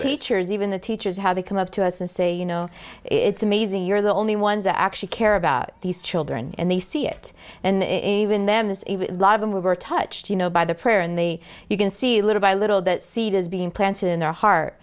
teachers even the teachers how they come up to us and say you know it's amazing you're the only ones actually care about these children and they see it in them as a lot of them were touched you know by the prayer and they you can see little by little that seed is being planted in their heart